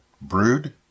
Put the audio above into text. brood